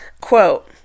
Quote